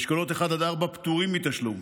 ואשכולות 1 עד 4 פטורים מתשלום.